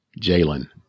Jalen